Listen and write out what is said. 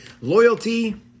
loyalty